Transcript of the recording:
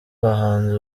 abahanzi